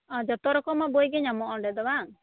ᱟᱨ ᱡᱚᱛᱚ ᱨᱚᱠᱚᱢᱟᱜ ᱵᱳᱭ ᱜᱮ ᱧᱟᱢᱚᱜᱼᱟ ᱚᱸᱰᱮ ᱫᱚ ᱵᱟᱝ